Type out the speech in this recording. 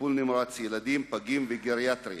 טיפול נמרץ ילדים, פגים וגריאטריה.